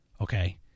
okay